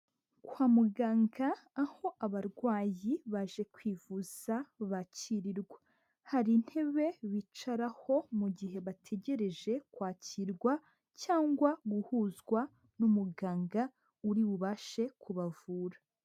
Kwa muganga aho abarwayi baje kwivuza bakirirwa. Hari intebe bicaraho mu gihe bategereje kwakirwa cyangwa guhuzwa n'umuganga uri bubashe kubavura.